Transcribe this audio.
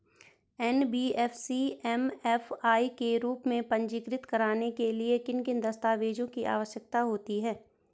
NBFC MFI के रूप में पंजीकृत कराने के लिए किन किन दस्तावेज़ों की आवश्यकता होती है?